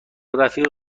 رفیق